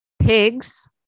pigs